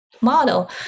model